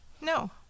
no